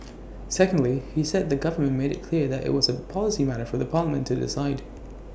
secondly he said the government made IT clear that IT was A policy matter for parliament to decide